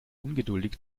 ungeduldig